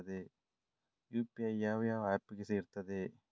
UPI ಯಾವ ಯಾವ app ಗೆ ಇರ್ತದೆ?